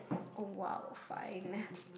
oh !wow! fine